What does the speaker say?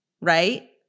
right